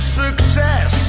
success